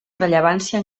rellevància